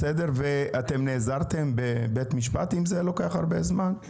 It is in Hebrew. אתם נעזרתם בבית משפט אם זה לוקח הרבה זמן?